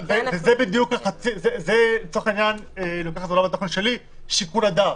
זה לצורך העניין לדעתי שיקול הדעת.